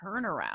turnaround